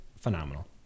Phenomenal